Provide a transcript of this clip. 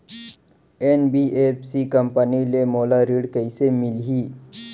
NBFC company ले मोला ऋण कइसे मिलही?